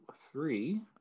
three